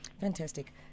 Fantastic